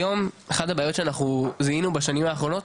היום אחת הבעיות שאנחנו זיהינו בשנים האחרונות,